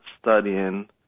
studying